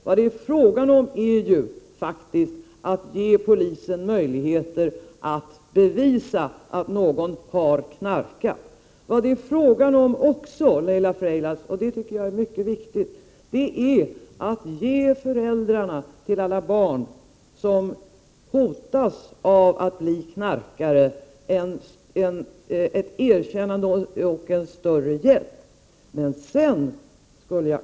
Vad det är fråga om är ju faktiskt att ge polisen möjligheter att bevisa att någon har knarkat. Det är också fråga om, och det tycker jag är mycket viktigt, att ge Prot. 1988/89:21 föräldrarna till alla barn som hotas av att bli knarkare ett erkännande och en 10 november 1988 större hjälp.